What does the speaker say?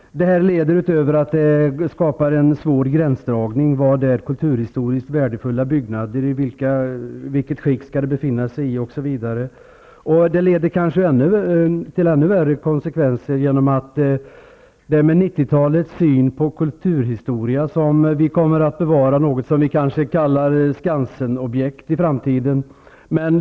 Det skulle bli en svår gränsdragning när det gäller vad som är kulturhistoriskt intressanta byggnader, vilket skick byggnaderna skall befinna sig i osv. Det leder kanske till ännu värre konsekvenser genom att vi med 90-talets syn på kulturhistoria kommer att bevara någonting som i framtiden kallas Skansen-objekt.